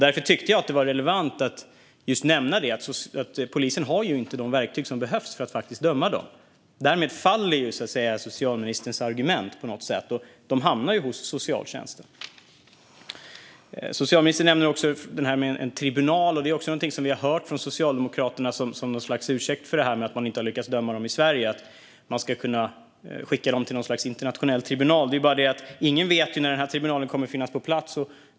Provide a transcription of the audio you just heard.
Därför tyckte jag att det var relevant att just nämna att polisen inte har de verktyg som behövs för att dessa människor faktiskt ska dömas. Därmed faller socialministerns argument på något sätt, och dessa människor hamnar hos socialtjänsten. Socialministern talar också om en tribunal. Det är någonting som vi har hört från Socialdemokraterna som något slags ursäkt för att man inte har lyckats döma dem i Sverige, alltså att man ska kunna skicka dem till någon internationell tribunal. Det är bara det att ingen vet när denna tribunal kommer att finnas på plats.